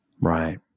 Right